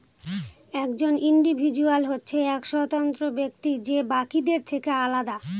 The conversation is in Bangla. একজন ইন্ডিভিজুয়াল হচ্ছে এক স্বতন্ত্র ব্যক্তি যে বাকিদের থেকে আলাদা